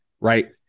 right